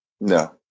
No